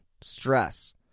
stress